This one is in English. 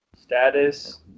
status